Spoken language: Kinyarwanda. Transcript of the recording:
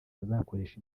azakoresha